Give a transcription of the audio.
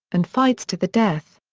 and fights to the death.